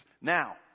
Now